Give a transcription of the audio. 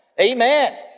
Amen